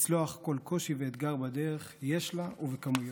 לצלוח כל קושי ואתגר בדרך יש לה, ובכמויות.